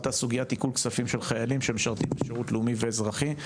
עלתה סוגיית עיקול כספים של חיילים שמשרתים בשירות לאומי ואזרחי,